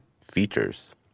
features